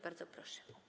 Bardzo proszę.